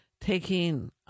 taking